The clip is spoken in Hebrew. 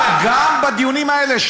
גם בדיונים האלה,